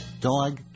dog